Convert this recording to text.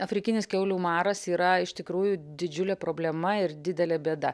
afrikinis kiaulių maras yra iš tikrųjų didžiulė problema ir didelė bėda